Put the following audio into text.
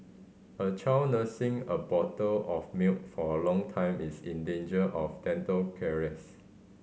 a child nursing a bottle of milk for a long time is in danger of dental caries